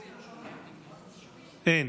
אין.